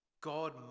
God